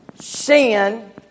sin